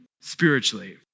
spiritually